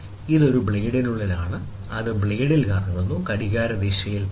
ഇത് ഒരു ബ്ലേഡിനുള്ളതാണ് അത് ബ്ലേഡിൽ കറങ്ങുന്നു അത് ഘടികാരദിശയിൽ കറങ്ങുന്നു